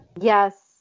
Yes